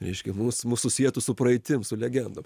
reiškia mus mus susietų su praeitim su legendom